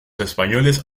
españoles